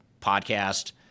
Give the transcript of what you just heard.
Podcast